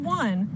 one